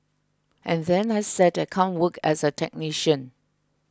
and then I said I can't work as a technician